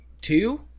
two